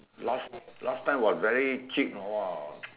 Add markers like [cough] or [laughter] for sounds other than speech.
last last time was very cheap know !wah! [noise]